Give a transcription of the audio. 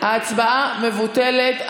ההצבעה מבוטלת.